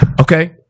Okay